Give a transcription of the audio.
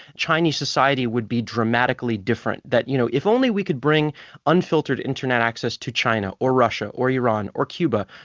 chinese society would be dramatically different, that you know if only we could bring unfiltered internet access to china, or russia, or iran, or cuba,